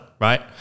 right